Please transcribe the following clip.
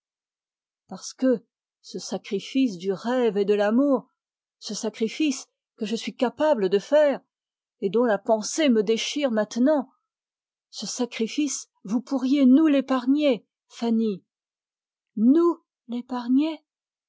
parce que ce sacrifice du rêve et de l'amour ce sacrifice que je suis capable de faire et dont la pensée me déchire maintenant ce sacrifice vous pourriez nous l'épargner fanny nous l'épargner